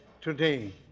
today